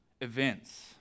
Events